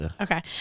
Okay